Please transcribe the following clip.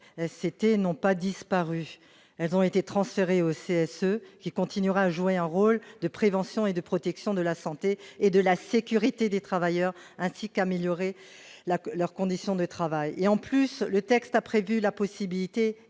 n'ont pas disparu, elles ont été transférées au CSE, qui continuera à jouer un rôle de prévention et de protection de la santé et de la sécurité des travailleurs ainsi qu'améliorer la que leurs conditions de travail et en plus, le texte a prévu la possibilité